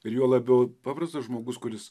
ir juo labiau paprastas žmogus kuris